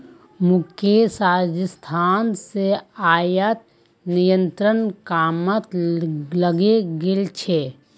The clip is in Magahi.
मुकेश राजस्थान स आयात निर्यातेर कामत लगे गेल छ